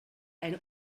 eine